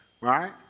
Right